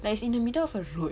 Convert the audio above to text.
but is in the middle of a road